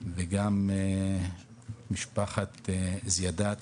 וגם משפחת זיאדאת